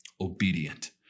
obedient